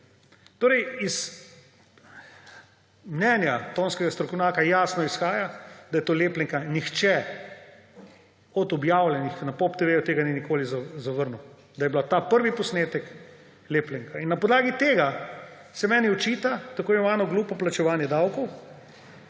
Torej, iz mnenja tonskega strokovnjaka jasno izhaja, da je to lepljenka, in nihče od objavljavcev na POP TV tega ni nikoli zavrnil – da je bil ta prvi posnetek lepljenka. Na podlagi tega se meni očita tako imenovano glupo plačevanje davkov,